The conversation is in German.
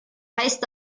heißt